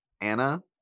Anna